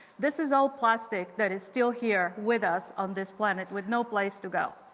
this is all plastic that is still here with us on this planet with no place to go.